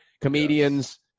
comedians